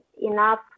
enough